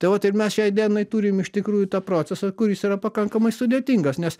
tai vat ir mes šiai dienai turim iš tikrųjų tą procesą kuris yra pakankamai sudėtingas nes